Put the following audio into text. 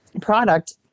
product